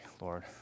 Lord